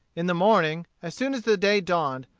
in the morning, as soon as the day dawned,